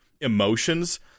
emotions